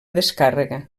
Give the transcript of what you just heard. descàrrega